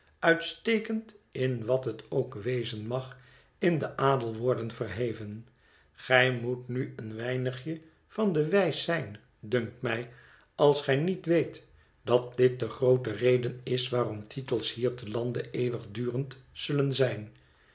uitstekend in wat het ook wezen mag in den adel worden verheven gij moet nu een weinigje van de wijs zijn dunkt mij als gij niet weet dat dit de groote reden is waarom titels hier te lande eeuwigdurend zullen zijn